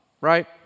Right